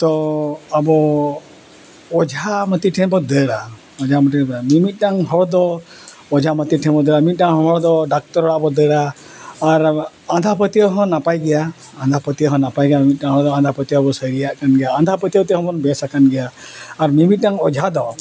ᱛᱚ ᱟᱵᱚ ᱚᱡᱷᱟ ᱢᱟᱹᱛᱤ ᱴᱷᱮᱱ ᱵᱚᱱ ᱫᱟᱹᱲᱟ ᱚᱡᱷᱟ ᱢᱟᱹᱴᱤ ᱢᱤ ᱢᱤᱫᱴᱟᱝ ᱦᱚᱲ ᱫᱚ ᱚᱡᱷᱟ ᱢᱟᱹᱛᱤ ᱴᱷᱮᱱ ᱵᱚᱱ ᱫᱟᱹᱲᱟ ᱢᱤᱫᱴᱟᱝ ᱦᱚᱲ ᱫᱚ ᱰᱟᱠᱛᱚᱨ ᱚᱲᱟᱜ ᱵᱚᱱ ᱫᱟᱹᱲᱟ ᱟᱨ ᱟᱸᱫᱷᱟ ᱯᱟᱹᱛᱭᱟᱹᱣ ᱦᱚᱸ ᱱᱟᱯᱟᱭ ᱜᱮᱭᱟ ᱟᱸᱫᱷᱟ ᱯᱟᱹᱛᱭᱟᱹᱣ ᱦᱚᱸ ᱱᱟᱯᱟᱭ ᱜᱮᱭᱟ ᱢᱤᱫᱴᱟᱝ ᱦᱚᱲ ᱫᱚ ᱟᱸᱫᱷᱟ ᱯᱟᱹᱛᱭᱟᱹᱣ ᱦᱚᱸᱵᱚᱱ ᱥᱟᱹᱨᱤᱭᱟᱜ ᱠᱟᱱ ᱜᱮᱭᱟ ᱟᱸᱫᱷᱟ ᱯᱟᱹᱛᱭᱟᱹᱣ ᱛᱮᱦᱚᱸ ᱵᱚᱱ ᱵᱮᱥ ᱟᱠᱟᱱ ᱜᱮᱭᱟ ᱟᱨ ᱢᱤ ᱢᱤᱫᱴᱟᱝ ᱚᱡᱷᱟ ᱫᱚ